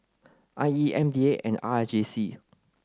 I E M D A and R J C